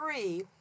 three